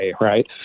right